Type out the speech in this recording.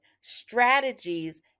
strategies